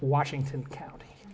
washington county